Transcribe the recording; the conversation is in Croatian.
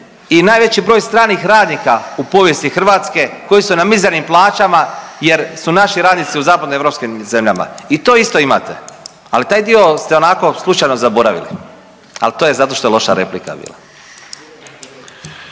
i najveći broj stranih radnika u povijesti Hrvatske koji su na mizernim plaćama jer su naši radnici u zapadno-europskim zemljama. I to isto imate, ali taj dio ste onako slučajno zaboravili, ali to je zato što je loša replika bila.